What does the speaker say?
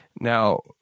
Now